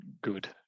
good